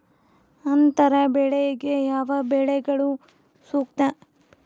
ಅಂತರ ಬೆಳೆಗೆ ಯಾವ ಬೆಳೆಗಳು ಸೂಕ್ತ?